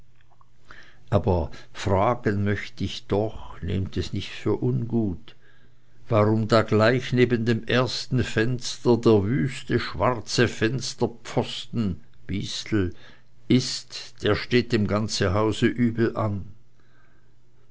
aber fragen möchte ich doch nehmt es nicht für ungut warum da gleich neben dem ersten fenster der wüste schwarze fensterposten bystel ist der steht dem ganzen hause übel an